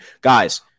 guys